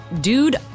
dude